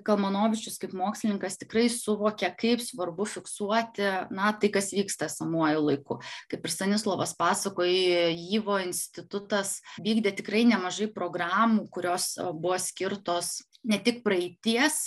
kalmanovičius kaip mokslininkas tikrai suvokia kaip svarbu fiksuoti na tai kas vyksta esamuoju laiku kaip ir stanislovas pasakojai yvo institutas vykdė tikrai nemažai programų kurios buvo skirtos ne tik praeities